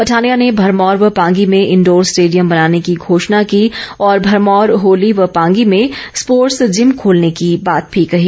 पठानिया ने भरमौर व पांगी में इंडोर स्टेडियम बनाने की घोषणा की और भरमौर होली व पांगी में स्पोर्टर्स जिम खोलने की बात भी कही